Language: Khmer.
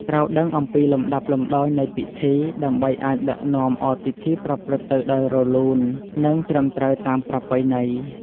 ត្រូវដឹងអំពីលំដាប់លំដោយនៃពិធី ដើម្បីអាចដឹកនាំឲ្យពិធីប្រព្រឹត្តទៅដោយរលូន និងត្រឹមត្រូវតាមប្រពៃណី។